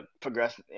progress